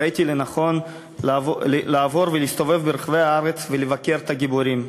ראיתי לנכון לעבור ולהסתובב ברחבי הארץ ולבקר את הגיבורים,